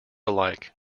alike